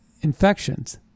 infections